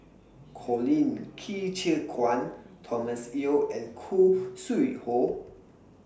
Colin Qi Zhe Quan Thomas Yeo and Khoo Sui Hoe